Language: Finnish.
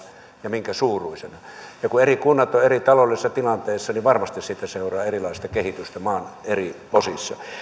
ja minkä suuruisina kun eri kunnat ovat eri taloudellisessa tilanteessa niin varmasti siitä seuraa erilaista kehitystä maan eri osissa